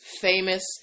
famous